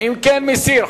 אם כן, מסיר.